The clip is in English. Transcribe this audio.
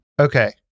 Okay